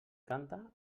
canta